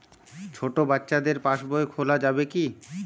ছোট বাচ্চাদের পাশবই খোলা যাবে কি?